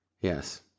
Yes